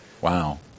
wow